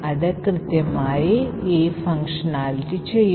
അത് കൃത്യമായി ഈ പ്രവർത്തനം ചെയ്യും